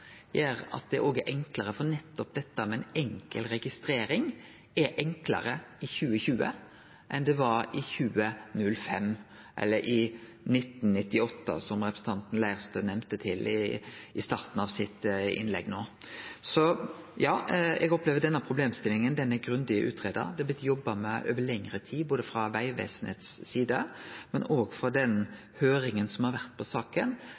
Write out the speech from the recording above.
enn det var i 2005 eller i 1998, som representanten Leirtrø nemnde i starten av sitt innlegg. Så ja, eg opplever at denne problemstillinga er grundig utgreidd. Dette har det vore jobba med over lengre tid, både frå Vegvesenets side og gjennom høyringa som har vore i saka.